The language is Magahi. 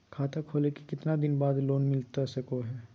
खाता खोले के कितना दिन बाद लोन मिलता सको है?